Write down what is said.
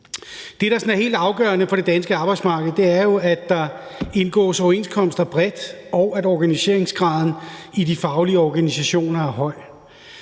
Det, der er helt afgørende på det danske arbejdsmarked, er jo, at der indgås overenskomster bredt, og at organiseringsgraden i de faglige organisationer er høj.